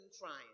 crying